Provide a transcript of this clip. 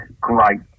great